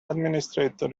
administrator